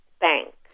bank